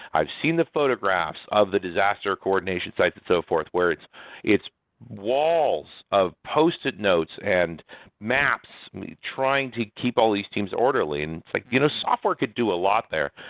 i've seen the photographs of the disaster coordination site and so forth where it's it's walls of posted notes and maps trying to keep all these teams orderly. and like you know software could do a lot there.